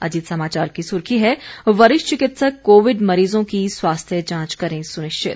अजीत समाचार की सुर्खी है वरिष्ठ चिकित्सक कोविड मरीजों की स्वास्थ्य जांच करें सुनिश्चित